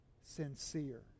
sincere